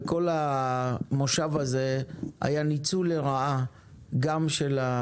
בכל המושב הזה היה ניצול לרעה בהיעדרות